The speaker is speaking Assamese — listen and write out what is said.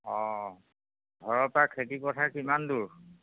অঁ ঘৰৰ পৰা খেতি পথাৰ কিমান দূৰ